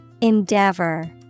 Endeavor